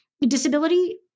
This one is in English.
disability